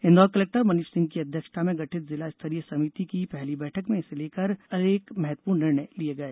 Indore collector Manish Singh की अध्यक्षता में गठित जिला स्तरीय समिति की पहली बैठक इसे लेकर अनेक महत्वपूर्ण निर्णय लिए गए